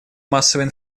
массовой